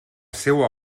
seua